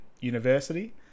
University